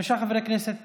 חמישה חברי כנסת בעד,